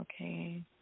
Okay